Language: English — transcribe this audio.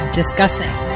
discussing